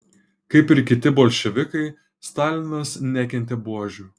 kaip ir kiti bolševikai stalinas nekentė buožių